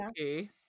okay